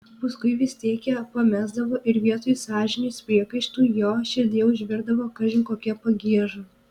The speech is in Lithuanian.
paskui vis tiek ją pamesdavo ir vietoj sąžinės priekaištų jo širdyje užvirdavo kažin kokia pagieža